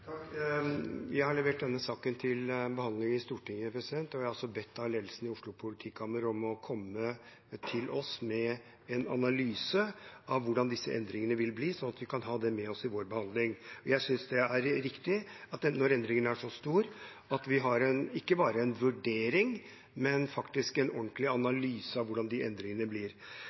Jeg har levert denne saken til behandling i Stortinget. Jeg har også bedt ledelsen ved Oslo politikammer om å komme til oss med en analyse av hvordan disse endringene vil bli, slik at vi kan ha det med oss i vår behandling. Når endringen er så stor, synes jeg det er riktig at vi har ikke bare en vurdering, men faktisk en ordentlig analyse av hvordan de endringene blir.